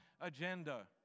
agenda